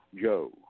Joe